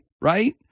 Right